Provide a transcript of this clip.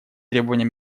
требования